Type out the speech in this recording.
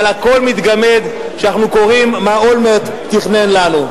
אבל הכול מתגמד כשאנחנו קוראים מה אולמרט תכנן לנו.